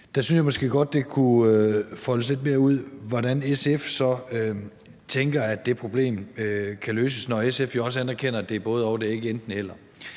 godt kunne foldes lidt mere ud, i forhold til hvordan SF så tænker, at det problem kan løses, når SF jo også anerkender, at det er både-og og det ikke er enten-eller.